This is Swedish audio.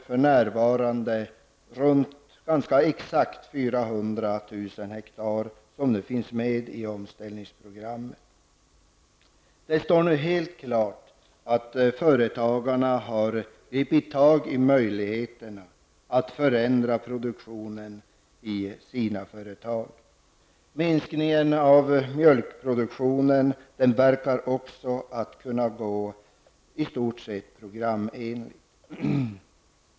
För närvarande finns ganska exakt 400 000 hektar med i omställningsprogrammet. Det står nu helt klart att företagarna har gripit tag i möjligheterna att förändra produktionen. Minskningen av mjölkproduktionen verkar också kunna gå i stort sett programenligt.